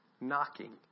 knocking